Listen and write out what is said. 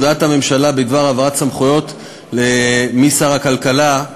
"הודעת הממשלה בדבר העברת סמכויות משר הכלכלה"